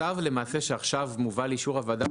הצו שלמעשה עכשיו מובא לאישור הוועדה,